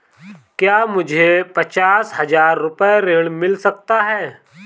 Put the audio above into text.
क्या मुझे पचास हजार रूपए ऋण मिल सकता है?